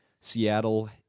Seattle